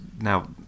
now